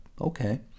okay